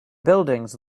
buildings